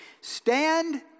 Stand